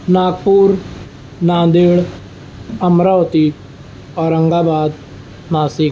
Nagpur Nanded Amravati Aurangabad Nashik